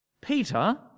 Peter